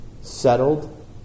settled